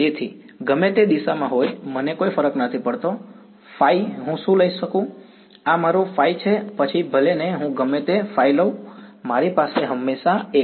તેથી ગમે તે દિશા હોય મને કોઈ ફરક પડતો નથી ϕ હું શુ લઉં આ મારું ϕ છે પછી ભલેને હું ગમે તે ϕ લઉં મારી પાસે હંમેશા 1 છે